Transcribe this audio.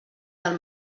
del